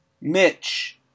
Mitch